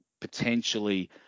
potentially